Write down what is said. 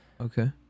Okay